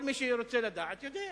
כל מי שרוצה לדעת יודע.